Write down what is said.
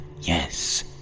yes